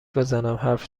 بزنم، حرف